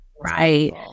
right